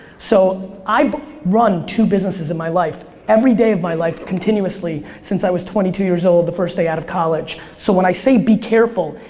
so i've run two businesses in my life every day of my life continuously since i was twenty two years old the first day out of college. so when i say be careful,